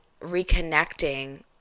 reconnecting